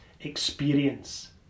experience